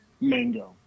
mango